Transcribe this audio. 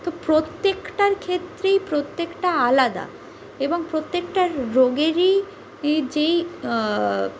তো প্রত্যেকটার ক্ষেত্রেই প্রত্যেকটা আলাদা এবং প্রত্যেকটা রোগেরই ই যেই